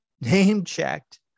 name-checked